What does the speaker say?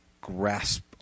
grasp